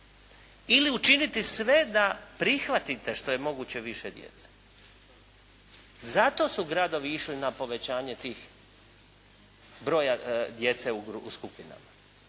Ili učiniti sve da prihvatite što je moguće više djece. Zato su gradovi išli na povećanje tih broja djece u skupinama